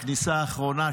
ובכניסה האחרונה,